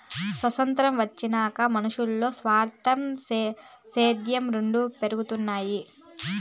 సొతంత్రం వచ్చినాక మనునుల్ల స్వార్థం, సేద్యం రెండు పెరగతన్నాయి